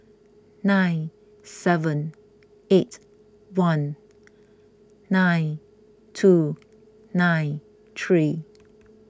nine seven eight one nine two nine three